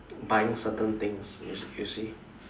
buying certain things you you see